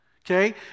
Okay